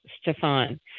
Stefan